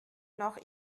noch